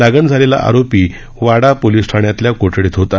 लागण झालेला आरोपी वाडा पोलिस ठाण्यातल्या कोठडीत होता